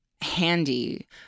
handy